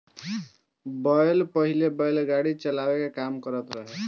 बैल पहिले बैलगाड़ी चलावे के काम करत रहे